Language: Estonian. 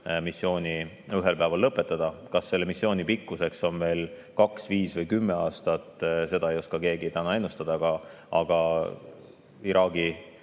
missiooni ühel päeval lõpetada. Kas selle missiooni pikkuseks on veel kaks, viis või kümme aastat, seda ei oska keegi täna ennustada. Aga Iraagi